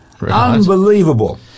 Unbelievable